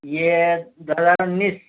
یہ دو ہزار اُنیس